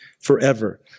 forever